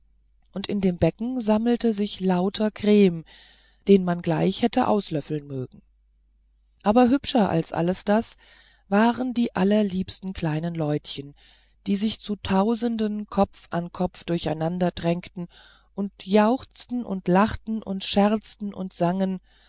und in dem becken sammelte sich lauter creme den man gleich hätte auslöffeln mögen aber hübscher als alles das waren die allerliebsten kleinen leutchen die sich zu tausenden kopf an kopf durcheinanderdrängten und juchzten und lachten und scherzten und sangen